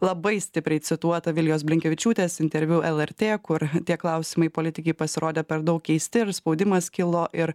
labai stipriai cituotą vilijos blinkevičiūtės interviu lrt kur tie klausimai politikei pasirodė per daug keisti ir spaudimas kilo ir